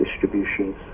distributions